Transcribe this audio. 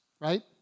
right